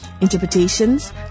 Interpretations